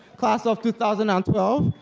class of two thousand and twelve,